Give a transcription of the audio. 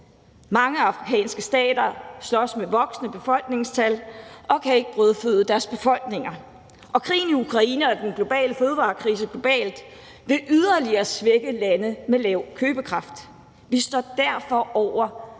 Mange afrikanske stater slås med voksende befolkningstal og kan ikke brødføde deres befolkninger, og krigen i Ukraine og den globale fødevarekrise vil yderligere svække lande globalt med lav købekraft. Vi står derfor over